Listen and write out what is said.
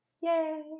yay